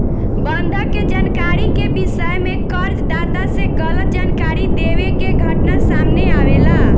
बंधक के जानकारी के विषय में कर्ज दाता से गलत जानकारी देवे के घटना सामने आवेला